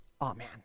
amen